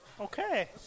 Okay